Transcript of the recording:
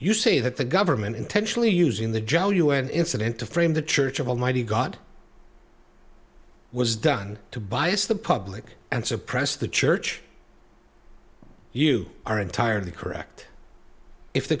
you say that the government intentionally using the joe un incident to frame the church of almighty god was done to bias the public and suppress the church you are entirely correct if the